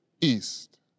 east